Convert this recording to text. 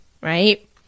right